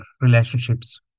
relationships